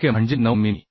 ck म्हणजे 9 मिमी